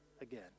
again